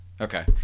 Okay